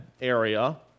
area